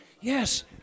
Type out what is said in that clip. Yes